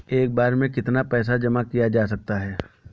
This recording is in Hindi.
एक बार में कितना पैसा जमा किया जा सकता है?